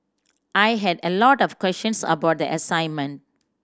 I had a lot of questions about the assignment